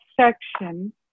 section